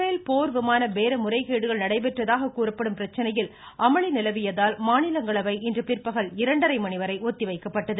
பேல் போர் விமான பேர முறைகேடுகள் நடைபெற்றதாக கூறப்படும் பிரச்சினையில் அமளி நிலவியதால் மாநிலங்களவை இன்று பிற்பகல் இரண்டரை மணிவரை ஒத்திவைக்கப்பட்டது